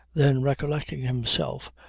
then recollecting himself,